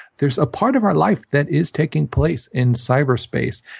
there's a part of our life that is taking place in cyber space.